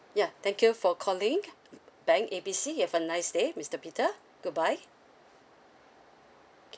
ya thank you for calling bank A B C you've a nice day mister peter goodbye